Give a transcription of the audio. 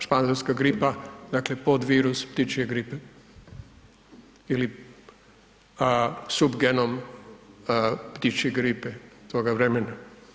Španjolska gripa dakle podvirus ptičje gripe ili Supgenom ptičje gripe toga vremena.